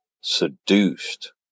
seduced